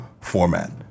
format